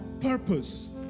purpose